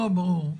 בסדר גמור.